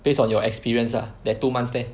based on your experience ah that two months there